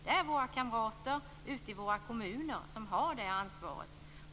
Det är våra kamrater ute i våra kommuner som har det ansvaret.